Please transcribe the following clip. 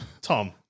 Tom